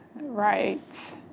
Right